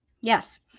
yes